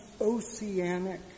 oceanic